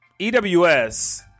EWS